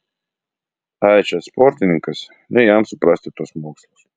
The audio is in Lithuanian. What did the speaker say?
ai čia sportininkas ne jam suprasti tuos mokslus